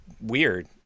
weird